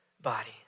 body